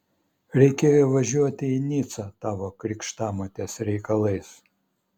reikėjo važiuoti į nicą tavo krikštamotės reikalais